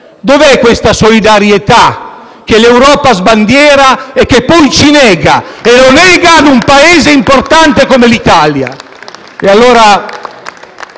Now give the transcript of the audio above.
Dov'è questa solidarietà che l'Europa sbandiera e che poi ci nega, che nega a un Paese importante come l'Italia?